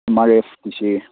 M R ꯑꯦꯐꯀꯤꯁꯦ